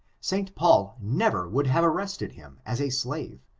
st paul never would have arrested him as a slave,